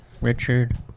Richard